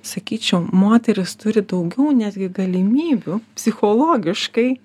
sakyčiau moteris turi daugiau netgi galimybių psichologiškai